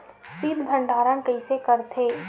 शीत भंडारण कइसे करथे?